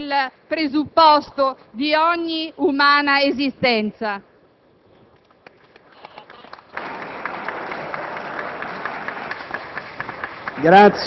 È una preoccupazione emersa in maniera quasi prepotente anche nei sondaggi recenti e la politica scellerata